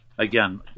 Again